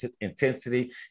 intensity